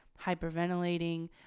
hyperventilating